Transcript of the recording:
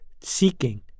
seeking